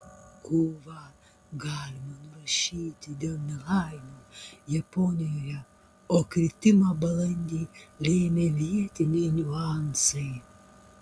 kovą galima nurašyti dėl nelaimių japonijoje o kritimą balandį lėmė vietiniai niuansai